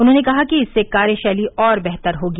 उन्होंने कहा इससे कार्यशैली और बेहतर होगी